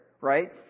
right